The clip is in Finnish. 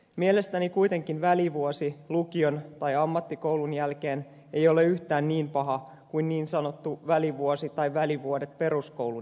mielestäni kuitenkin välivuosi lukion tai ammattikoulun jälkeen ei ole yhtään niin paha kuin niin sanottu välivuosi tai välivuodet peruskoulun jälkeen